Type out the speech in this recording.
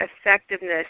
effectiveness